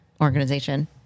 organization